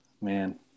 man